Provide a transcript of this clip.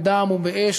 בדם ובאש,